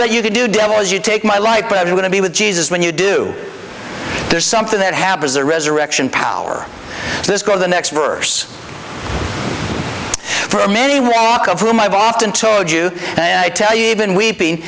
that you do devils you take my life but i'm going to be with jesus when you do there's something that happens or resurrection power this goes the next verse for many walk of whom i've often told you i tell you even weeping